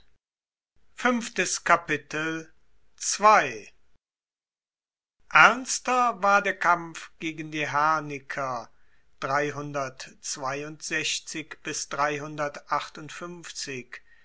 ernster war der kampf gegen die herniker